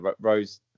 Rose